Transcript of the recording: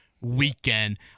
weekend